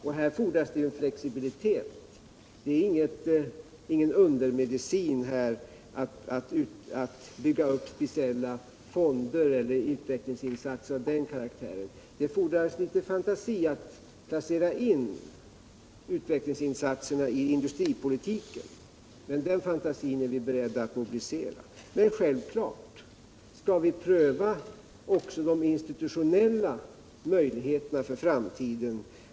För dessa fordras en flexibilitet, och man får ingen undermedicin genom att bygga upp speciella fonder eller utvecklingsinsatser av den karaktären. Det fordras också fantasi när det gäller att placera in utvecklingsinsatserna i industripolitiken, och den fantasin är vi beredda att mobilisera. Självfallet skall vi emellertid pröva också de institutionella lösningarna för framtiden.